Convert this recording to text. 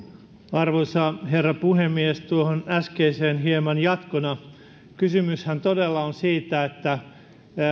arvoisa herra puhemies tuohon äskeiseen hieman jatkona kysymyshän todella on siitä että